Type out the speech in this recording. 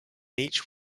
each